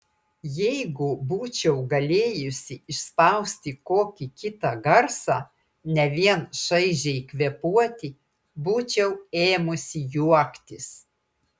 jeigu būčiau galėjusi išspausti kokį kitą garsą ne vien šaižiai kvėpuoti būčiau ėmusi juoktis